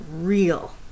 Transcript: real